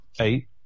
Eight